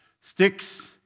Sticks